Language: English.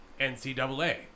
NCAA